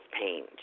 pain